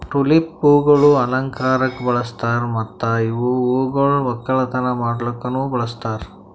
tulip ಹೂವುಗೊಳ್ ಅಲಂಕಾರಕ್ ಬಳಸ್ತಾರ್ ಮತ್ತ ಇವು ಹೂಗೊಳ್ ಒಕ್ಕಲತನ ಮಾಡ್ಲುಕನು ಬಳಸ್ತಾರ್